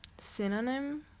synonym